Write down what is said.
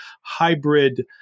hybrid